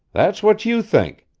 that's what you think.